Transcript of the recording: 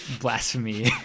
blasphemy